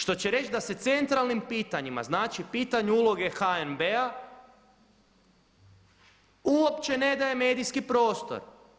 Što će reći da se centralnim pitanjima, znači pitanju uloge HNB-a uopće ne daje medijski prostor.